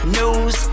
news